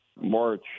March